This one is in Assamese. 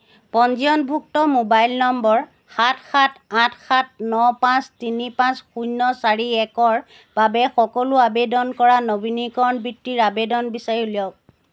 পঞ্জীয়নভুক্ত মোবাইল নম্বৰ সাত সাত আঠ সাত ন পাঁচ তিনি পাঁচ শূন্য চাৰি একৰ বাবে সকলো আৱেদন কৰা নবীনীকৰণ বৃত্তিৰ আৱেদন বিচাৰি উলিয়াওক